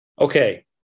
Okay